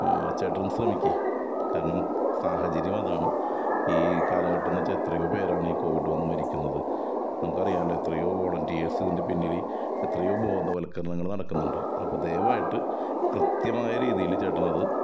ചേട്ടനൊന്ന് ശ്രമിക്ക് കാരണം സാഹചര്യം അതാണ് ഈ കാലഘട്ടം എന്ന് വെച്ചാൽ എത്രയോ പേരാണ് ഈ കോവിഡ് വന്ന് മരിക്കുന്നത് നമുക്കറിയാല്ലോ എത്രയോ വോളണ്ടിയേഴ്സ് ഇതിൻ്റെ പിന്നില് എത്രയോ ബോധവൽക്കരണങ്ങൾ നടക്കുന്നുണ്ട് അപ്പം ദയവായിട്ട് കൃത്യമായ രീതിയില് ചേട്ടനത്